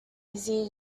easy